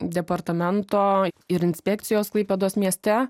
departamento ir inspekcijos klaipėdos mieste